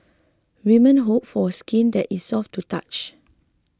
women hope for skin that is soft to touch